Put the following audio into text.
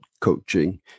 coaching